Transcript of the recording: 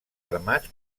armats